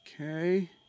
Okay